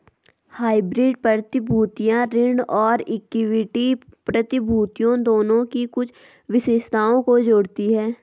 hybrid प्रतिभूतियां ऋण और इक्विटी प्रतिभूतियों दोनों की कुछ विशेषताओं को जोड़ती हैं